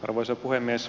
arvoisa puhemies